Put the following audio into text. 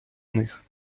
них